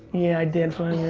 yeah i did,